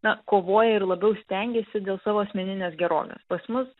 na kovoja ir labiau stengiasi dėl savo asmeninės gerovės pas mus